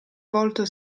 volto